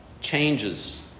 changes